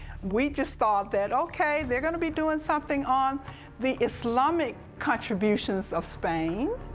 we just thought that, okay, they're gonna be doing something on the islamic contributions of spain,